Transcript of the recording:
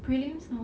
prelims now